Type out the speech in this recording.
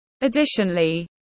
Additionally